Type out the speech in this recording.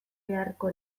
beharko